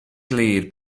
glir